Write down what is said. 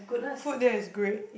food there is great